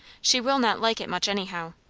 she will not like it much anyhow.